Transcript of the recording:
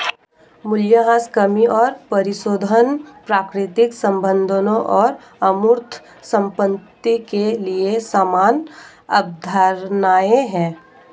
मूल्यह्रास कमी और परिशोधन प्राकृतिक संसाधनों और अमूर्त संपत्ति के लिए समान अवधारणाएं हैं